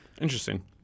Interesting